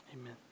Amen